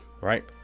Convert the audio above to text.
right